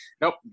nope